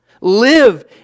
Live